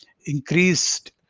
increased